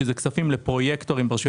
שזה כספים לפרויקטורים ברשויות המקומיות.